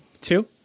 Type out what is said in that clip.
Two